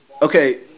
Okay